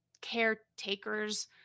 caretaker's